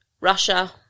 Russia